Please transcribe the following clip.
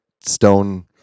Stone